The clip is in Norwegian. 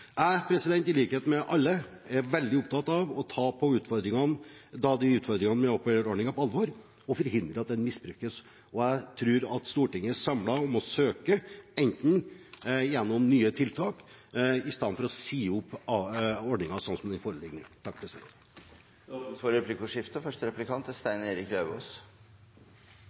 Jeg, i likhet med alle, er veldig opptatt av å ta utfordringene med aupairordningen på alvor og forhindre at den misbrukes. Og jeg tror at Stortinget samlet må søke en løsning, eventuelt gjennom nye tiltak, i stedet for å si opp ordningen slik den foreligger nå. Det blir replikkordskifte. I vedlegget, svarbrevet fra statsråden, skriver han: «Vi må sikre at aupairordningen brukes for kulturutveksling og forhindre misbruk. Det er